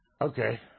Okay